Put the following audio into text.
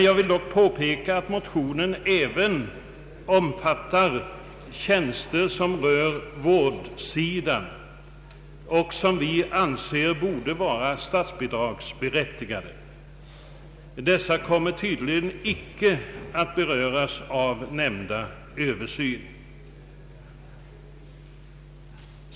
Jag vill dock påpeka att motionerna omfattar även tjänster som rör vårdsidan och som vi anser borde vara statsbidragsberättigade. Dessa tjänster kommer tydligen inte att beröras av nämnda översyn.